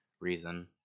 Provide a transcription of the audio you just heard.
reason